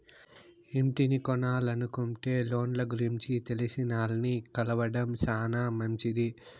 ఇంటిని కొనలనుకుంటే లోన్ల గురించి తెలిసినాల్ని కలవడం శానా మంచిది